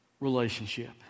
relationship